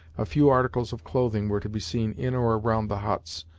a few articles of clothing were to be seen in or around the huts,